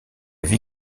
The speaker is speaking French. vie